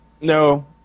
No